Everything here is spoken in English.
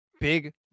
Big